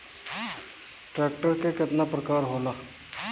Tractor के केतना प्रकार होला?